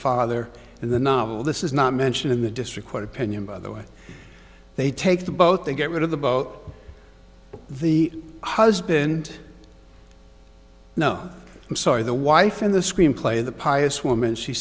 father in the novel this is not mentioned in the district court opinion by the way they take the boat they get rid of the boat the husband no i'm sorry the wife in the screenplay the pious woman she